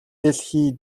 дэлхий